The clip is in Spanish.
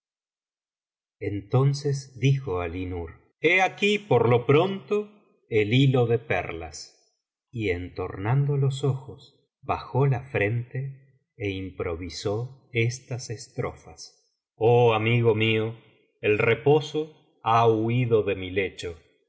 entonces dijo alí nur he aquí por lo pronto el hilo de perlas y entornando los ojos bajó la frente é improvisó estas estrofas oh amigo mío el reposo ha huido de mi lecho